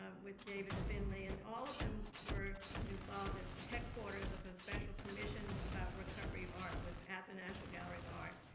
ah with david finley, and all of them were involved. the headquarters of a special commission about recovery of art was at the national gallery of art.